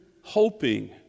hoping